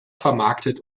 vermarktet